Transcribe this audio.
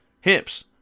hips